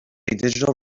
digital